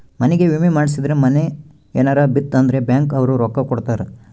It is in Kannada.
ಮನಿಗೇ ವಿಮೆ ಮಾಡ್ಸಿದ್ರ ಮನೇ ಯೆನರ ಬಿತ್ ಅಂದ್ರ ಬ್ಯಾಂಕ್ ಅವ್ರು ರೊಕ್ಕ ಕೋಡತರಾ